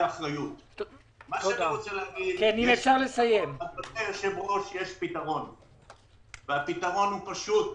יש פתרון פשוט: